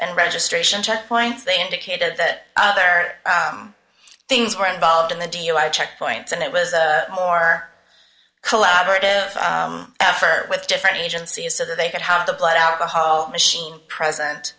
and registration checkpoints they indicated that other things were involved in the dui checkpoints and it was a more collaborative effort with different agencies so that they could have the blood alcohol machine present